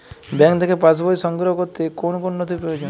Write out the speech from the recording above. Bank থেকে pass বই সংগ্রহ করতে কোন কোন নথি প্রয়োজন?